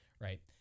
right